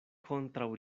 kontraŭ